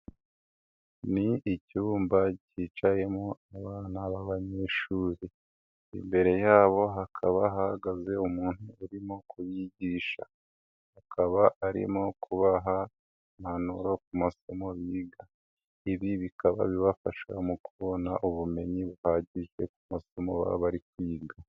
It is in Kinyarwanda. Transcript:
Ni icyumba kicayemo abana b'abanyeshuri, imbere yabo hakaba hahagaze umuntu urimo kubigisha, akaba arimo kubaha impanuro masomo biga, ibi bikaba bibafasha mu kubona ubumenyi buhagije ku masomo baba bari kwiga.